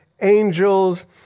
angels